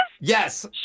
Yes